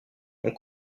ont